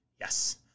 Yes